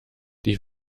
die